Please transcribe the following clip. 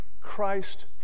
Christ